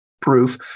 proof